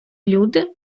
люди